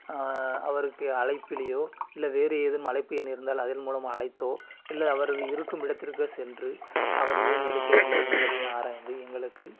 அவருக்கு அழைப்பிலையோ இல்லை வேறு எதுவும் அழைப்பு எண் இருந்தால் அதன் மூலமாக அழைத்தோ இல்லை அவரது இருக்கும் இடத்திற்கு சென்று அவர் ஏன் எடுக்கவில்லை என்பதை ஆராய்ந்து எங்களுக்கு